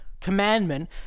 commandment